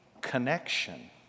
connection